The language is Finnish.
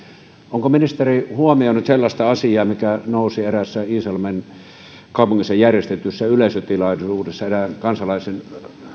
onko ministeri huomioinut sellaista asiaa mikä nousi eräässä iisalmen kaupungissa järjestetyssä yleisötilaisuudessa erään kansalaisen